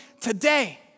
today